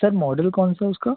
sir model कौन सा है उसका